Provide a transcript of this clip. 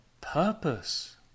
purpose